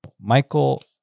Michael